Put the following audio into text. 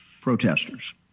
protesters